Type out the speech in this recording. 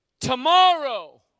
Tomorrow